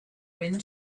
wind